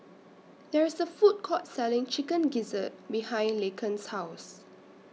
There IS A Food Court Selling Chicken Gizzard behind Laken's House